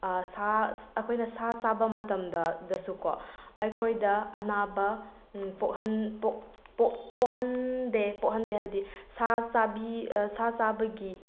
ꯁꯥ ꯑꯩꯈꯣꯏꯅ ꯁꯥ ꯆꯥꯕ ꯃꯇꯝꯗ ꯗꯁꯨꯀꯣ ꯑꯩꯈꯣꯏꯗ ꯑꯅꯥꯕ ꯄꯣꯛꯍꯟꯗꯦ ꯄꯣꯛꯍꯟꯗꯦ ꯍꯥꯏꯕꯗꯤ ꯁꯥ ꯆꯥꯕꯤ ꯁꯥ ꯆꯥꯕꯒꯤ